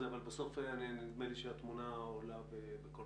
סוף כל סוף בשנה הנוכחית האגף לסייסמולוגיה חובר למכון הגיאולוגי.